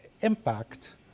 impact